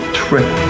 trip